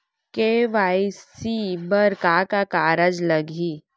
KYC बर का का कागज लागही?